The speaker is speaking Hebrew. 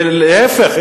ולהיפך,